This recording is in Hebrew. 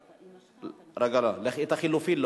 החלופין,